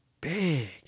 big